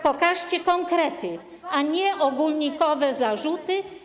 Pokażcie konkrety, a nie ogólnikowe zarzuty.